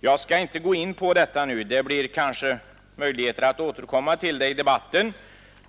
Jag skall inte gå in på detta nu, men det blir kanske möjlighet att återkomma till det i debatten.